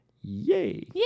Yay